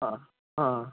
ആ ആ